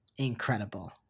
Incredible